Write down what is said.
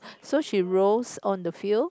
so she rolls on the field